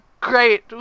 great